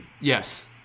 Yes